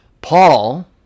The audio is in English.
Paul